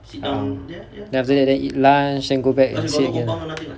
oh then after that then eat lunch then go back and sit again ah